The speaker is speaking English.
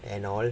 and all